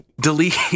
Delete